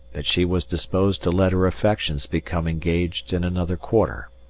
that she was disposed to let her affections become engaged in another quarter.